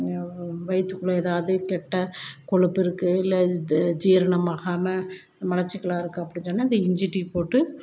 வயிற்றுக்குள்ள எதாவது கெட்ட கொழுப்பு இருக்கு இல்லை ஜீரணமாகாமல் மலச்சிக்கலாக இருக்குது அப்படின் சொன்னால் இந்த இஞ்சி டீ போட்டு